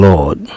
Lord